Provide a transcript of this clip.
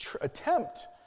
attempt